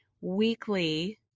Weekly